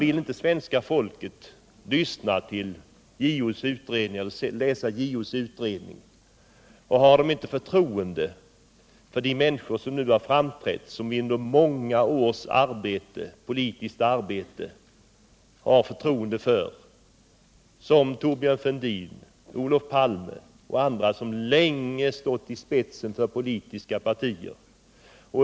Vill inte svenska folket läsa JO:s utredning och har de inte förtroende för de människor som nu har framträtt och som man, efter deras mångåriga politiska arbete, borde ha förtroende för, t.ex. Thortjörn Fälldin, Olof Palme och andra som länge stått i spetsen för politiska partier?